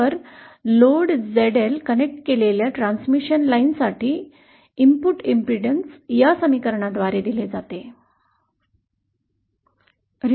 तर load ZL connect केलेल्या transmission लाइनसाठी इनपुट बाधा या समीकरणाद्वारे दिलेली आहे